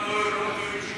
לא מקבלים שום פנסיה?